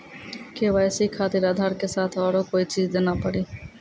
KYC खातिर आधार के साथ औरों कोई चीज देना पड़ी?